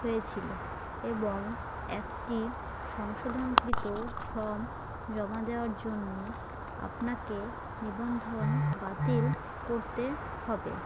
হয়েছিল এবং একটি সংশোধনকৃত ফর্ম জমা দেওয়ার জন্য আপনাকে নিবন্ধন বাতিল করতে হবে